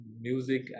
music